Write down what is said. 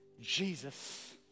Jesus